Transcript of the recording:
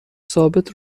ثابت